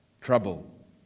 trouble